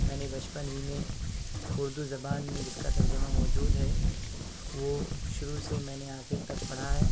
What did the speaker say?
میں نے بچپن ہی میں اردو زبان میں جس کا ترجمہ موجود ہے وہ شروع سے میں نے آخر تک پڑھا ہے